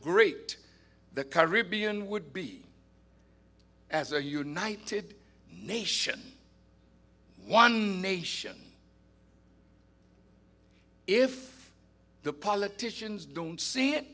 great the caribbean would be as a united nation one nation if the politicians don't see it